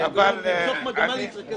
מתוך מגמה להתרכז ב-50.